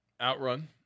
Outrun